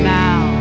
now